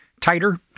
tighter